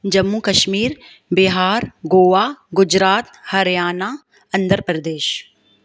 Jammu Kashmir Bihar Goa Gujarat Haryana Andhra Pradesh